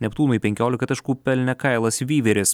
neptūnui penkiolika taškų pelnė kailas vyveris